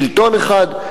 שלטון אחד.